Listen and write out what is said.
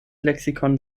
lexikon